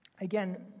Again